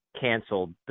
canceled